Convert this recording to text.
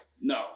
No